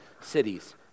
cities